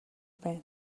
байна